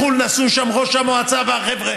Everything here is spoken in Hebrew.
אני אבדוק כמה נסיעות לחו"ל נסעו שם ראש המועצה והחבר'ה.